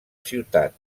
ciutat